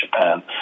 Japan